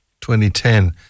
2010